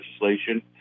legislation